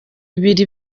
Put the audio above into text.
ibiri